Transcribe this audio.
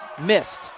missed